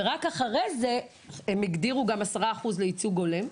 ורק אחרי זה הם הגדירו גם 10 אחוזים לייצוג הולם.